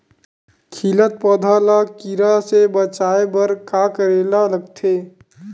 खिलत पौधा ल कीरा से बचाय बर का करेला लगथे?